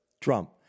Trump